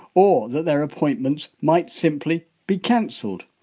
or that their appointments might simply be cancelled.